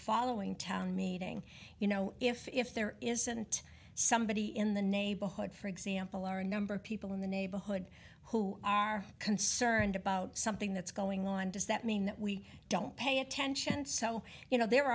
following town meeting you know if if there isn't somebody in the neighborhood for example are a number of people in the neighborhood who are concerned about something that's going on does that mean that we don't pay attention so you know the